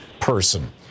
person